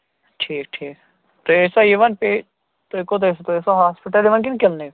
ٹھیٖک ٹھیٖک تُہۍ ٲسوا یِوان پے تُہۍ کوٚت ٲسوٕ تُہۍ ٲسوٕ ہاسپِٹل یِوان کِنہٕ کِلنِک